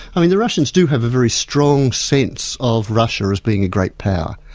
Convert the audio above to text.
i mean, the russians do have a very strong sense of russia as being a great power,